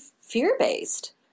fear-based